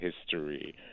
history